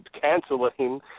canceling